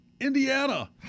Indiana